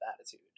attitude